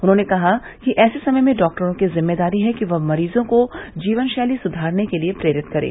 उन्होंने कहा कि ऐसे समय में डॉक्टरों की जिम्मेदारी है कि वह मरीजों को जीवन रैली सुधारने के लिये प्रेरित करे